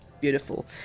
beautiful